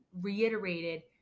reiterated